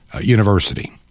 University